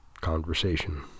conversation